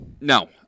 No